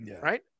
right